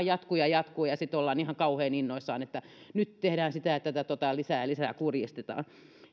jatkuu ja jatkuu ja ja sitten ollaan ihan kauhean innoissaan että nyt tehdään sitä ja tätä ja tota lisää ja lisää kurjistetaan